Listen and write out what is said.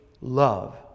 love